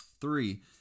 Three